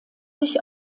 sich